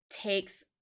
takes